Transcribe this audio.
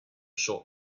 short